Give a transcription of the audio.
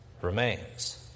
remains